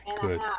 good